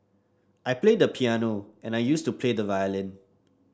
I play the piano and I used to play the violin